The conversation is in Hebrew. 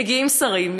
מגיעים שרים,